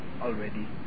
already